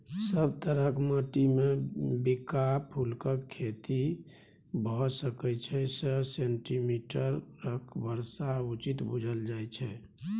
सब तरहक माटिमे बिंका फुलक खेती भए सकै छै सय सेंटीमीटरक बर्षा उचित बुझल जाइ छै